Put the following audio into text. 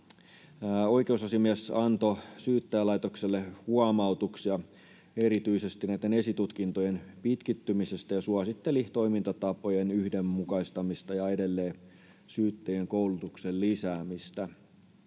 Oikeusasiamies antoi Syyttäjälaitokselle huomautuksia erityisesti näitten esitutkintojen pitkittymisestä ja suositteli toimintatapojen yhdenmukaistamista ja edelleen syyttäjien koulutuksen lisäämistä.